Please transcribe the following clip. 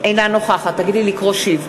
אינה נוכחת נא לקרוא שוב